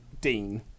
Dean